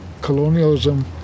colonialism